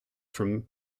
from